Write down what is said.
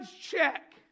check